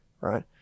right